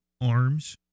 arms